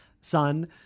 son